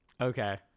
okay